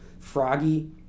froggy